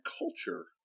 culture